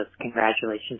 congratulations